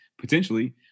potentially